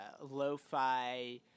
lo-fi